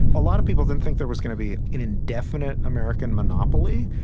a lot of people didn't think there was going to be an indefinite american monopoly.